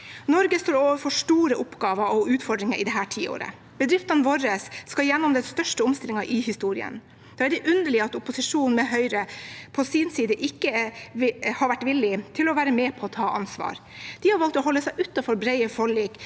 Norge står overfor store oppgaver og utfordringer i dette tiåret. Bedriftene våre skal gjennom den største omstillingen i historien. Da er det underlig at opposisjonen, med Høyre, på sin side ikke har vært villig til å være med på å ta ansvar. De har valgt å holde seg utenfor brede forlik,